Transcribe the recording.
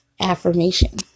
affirmation